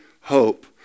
hope